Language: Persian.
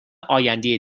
آینده